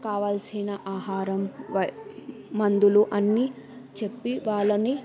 కావాల్సిన ఆహారం వై మందులు అన్నీ చెప్పి వాళ్ళని